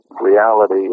reality